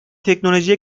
teknolojiye